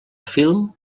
film